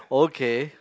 okay